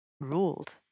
ruled